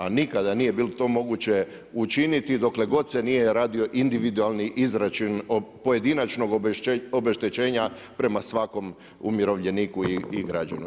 A nikada nije bilo to moguće učiniti dokle god se nije radio individualni izračun pojedinačnog obeštećenja prema svakom umirovljeniku i građanu.